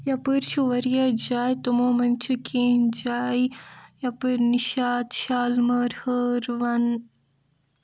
یپٲرۍ چھُ وارِیاہ جاے تِمو منٛز چھِ کیٚنہہ جاے یپٲرۍ نِشاط شالمٲر ہٲر ون